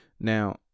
Now